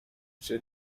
czy